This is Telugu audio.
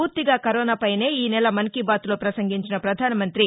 పూర్తిగా కరోనా పైనే ఈనెల మన్ కీ బాత్ లో ప్రసంగించిన ప్రధానమంతి